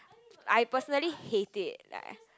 I personally hate it like